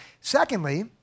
Secondly